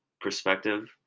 perspective